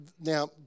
Now